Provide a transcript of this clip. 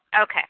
Okay